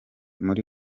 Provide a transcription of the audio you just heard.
muri